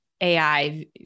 AI